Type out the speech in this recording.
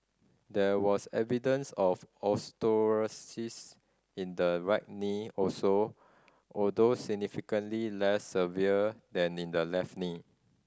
there was evidence of osteoarthritis in the right knee also although significantly less severe than in the left knee